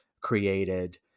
created